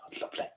Lovely